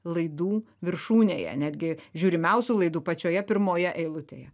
laidų viršūnėje netgi žiūrimiausių laidų pačioje pirmoje eilutėje